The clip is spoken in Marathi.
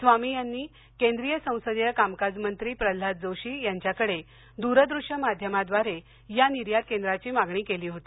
स्वामी यांनी केंद्रीय संसदीय कामकाज मंत्री प्रल्हाद जोशी यांच्याकडे दूरदृष्य माध्यमाद्वारे द्वारे या निर्यात केंद्राची मागणी केली होती